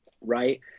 right